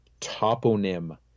toponym